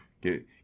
Get